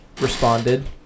responded